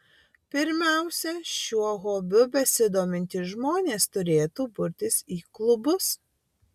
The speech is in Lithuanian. pirmiausia šiuo hobiu besidomintys žmonės turėtų burtis į klubus